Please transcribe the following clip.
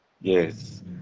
yes